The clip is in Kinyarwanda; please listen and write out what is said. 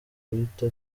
guhita